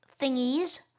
thingies